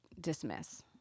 dismiss